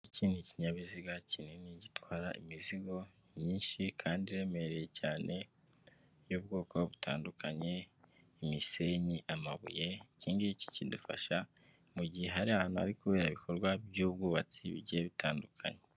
Iki ni ikinyabiziga kinini gitwara imizigo myinshi kandi iremereye cyane y'ubwoko butandukanye, imisenyi, amabuye, iki ngiki kidufasha mu gihe hari ahantu hari kubera ibikorwa by'ubwubatsi bigiye bitandukanye.